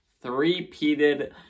three-peated